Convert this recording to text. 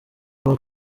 paul